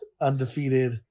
Undefeated